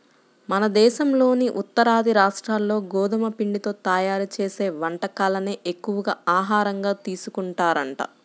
మన దేశంలోని ఉత్తరాది రాష్ట్రాల్లో గోధుమ పిండితో తయ్యారు చేసే వంటకాలనే ఎక్కువగా ఆహారంగా తీసుకుంటారంట